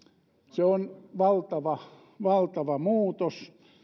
se on valtava valtava muutos